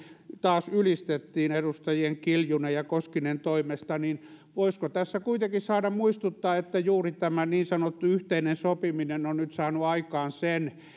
taas ylistettiin edustajien kiljunen ja koskinen toimesta niin voisiko tässä kuitenkin saada muistuttaa että juuri tämä niin sanottu yhteinen sopiminen on nyt saanut aikaan sen